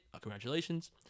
Congratulations